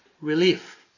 relief